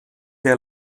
der